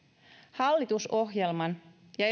hallitusohjelman ja